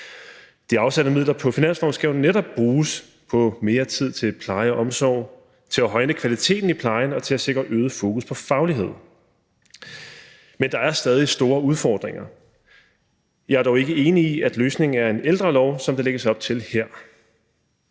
De afsatte midler på finansloven skal jo netop bruges på mere tid til pleje og omsorg, på at højne kvaliteten i plejen og på at sikre et øget fokus på faglighed. Men der er stadig store udfordringer. Jeg er dog ikke enig i, at løsningen er en ældrelov, som der lægges op til her.